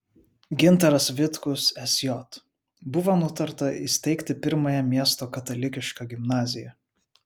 gintaras vitkus sj buvo nutarta įsteigti pirmąją miesto katalikišką gimnaziją